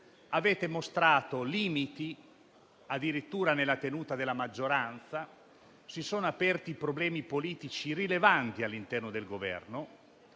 avete mostrato limiti addirittura nella tenuta della maggioranza. Si sono aperti problemi politici rilevanti all'interno del Governo.